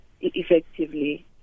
effectively